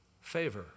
favor